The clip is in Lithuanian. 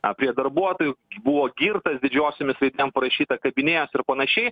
apie darbuotojų buvo girtas didžiosiomis tai ten parašyta kabinėjasi ir panašiai